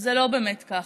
זה לא באמת ככה.